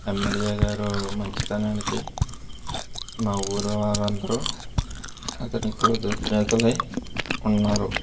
MLA గారు మంచితనానికి మా ఊరి వారు అందరు అతనికి కృతజ్ఞతలై ఉన్నారు